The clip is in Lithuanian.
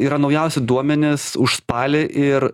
yra naujausi duomenys už spalį ir